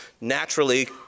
naturally